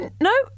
no